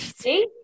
See